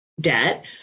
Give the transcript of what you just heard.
debt